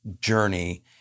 journey